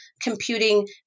computing